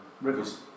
rivers